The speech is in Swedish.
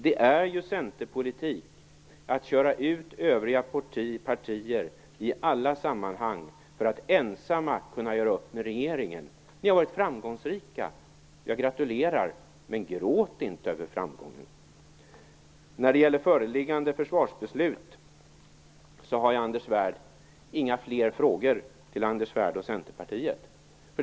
Det är ju centerpolitik att köra ut övriga partier i alla sammanhang för att ensamma kunna göra upp med regeringen. Ni har varit framgångsrika, och jag gratulerar! Men gråt inte över framgången! När det gäller föreliggande försvarsbeslut har jag inga fler frågor till Anders Svärd och Centerpartiet.